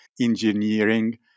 engineering